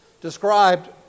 described